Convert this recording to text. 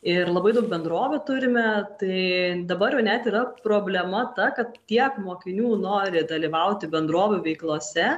ir labai daug bendrovių turime tai dabar net yra problema ta kad tiek mokinių nori dalyvauti bendrovių veiklose